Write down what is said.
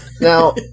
now